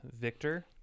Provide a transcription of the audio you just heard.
Victor